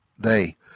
day